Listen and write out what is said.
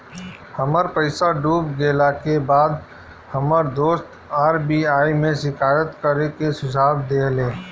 हमर पईसा डूब गेला के बाद हमर दोस्त आर.बी.आई में शिकायत करे के सुझाव देहले